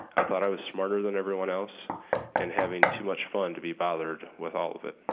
i thought i was smarter than everyone else and having too much fun to be bothered with all of it.